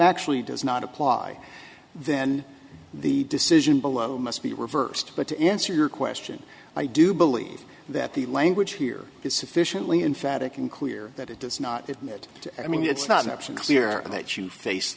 actually does not apply then the decision below must be reversed but to answer your question i do believe that the language here is sufficiently in phatic unclear that it does not that i mean it's not an option clear that you face